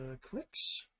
clicks